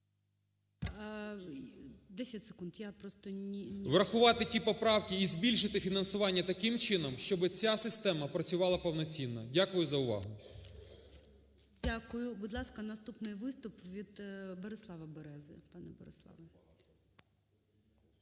Врахувати ті поправки і збільшити фінансування таким чином, щоб ця система працювала повноцінно. Дякую за увагу. ГОЛОВУЮЧИЙ. Дякую. Будь ласка, наступний виступ від Борислава Берези.